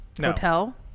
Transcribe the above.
hotel